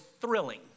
thrilling